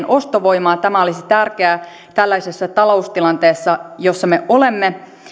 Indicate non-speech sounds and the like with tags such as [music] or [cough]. [unintelligible] ostovoimaa tämä olisi tärkeää tällaisessa taloustilanteessa jossa me olemme